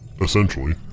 Essentially